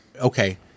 okay